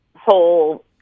whole